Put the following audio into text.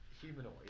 humanoid